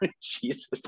Jesus